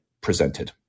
presented